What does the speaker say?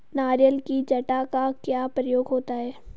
नारियल की जटा का क्या प्रयोग होता है?